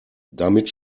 damit